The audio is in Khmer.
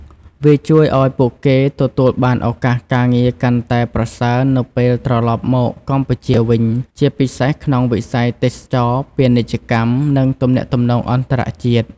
វាជួយឱ្យពួកគេទទួលបានឱកាសការងារកាន់តែប្រសើរនៅពេលត្រឡប់មកកម្ពុជាវិញ ជាពិសេសក្នុងវិស័យទេសចរណ៍ ពាណិជ្ជកម្ម ឬទំនាក់ទំនងអន្តរជាតិ។